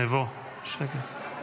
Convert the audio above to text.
נבו, שקט.